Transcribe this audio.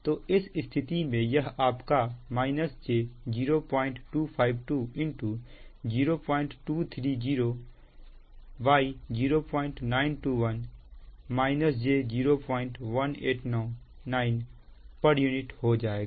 तो इस स्थिति में यह आपका j0252 0230690921 j0189 pu हो जाएगा